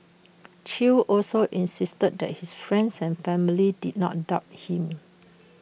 chew also insisted that his friends and family did not doubt him